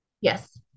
yes